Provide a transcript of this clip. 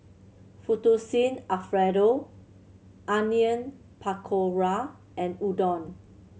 Fettuccine Alfredo Onion Pakora and Udon